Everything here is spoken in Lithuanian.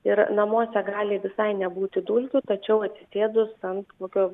ir namuose gali visai nebūti dulkių tačiau atsisėdus an kokio